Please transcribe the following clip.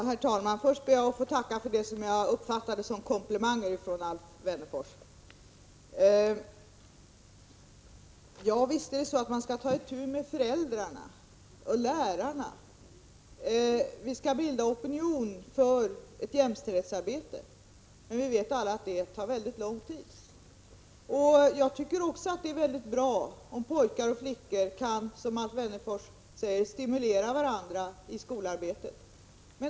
Herr talman! Först ber jag att få tacka för det som jag uppfattade som komplimanger från Alf Wennerfors. Ja, visst skall man ta itu med föräldrarna och lärarna. Vi skall bilda opinion för ett jämställdhetsarbete, men vi vet alla att det tar mycket lång tid. Jag tycker också att det är mycket bra om pojkar och flickor kan, som Alf Wennerfors säger, stimulera varandra i skolarbetet.